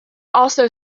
also